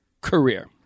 career